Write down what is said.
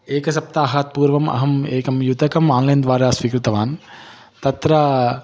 एकसप्ताहात् पूर्वम् अहम् एकं युतकम् आन्लैन्द्वारा स्वीकृतवान् तत्र